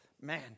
man